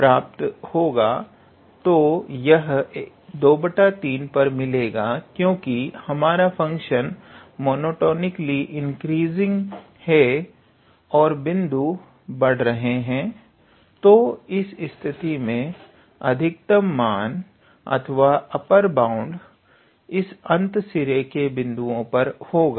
तो यह 23 पर मिलेगा क्योंकि हमारा फंक्शन मोनोटोनिकली इंक्रीजिंग है और बिंदु बढ़ रहे हैं तो इस स्थिति में अधिकतम मान अथवा अपर बाउंड इस अंत सिरे के बिंदु पर होगा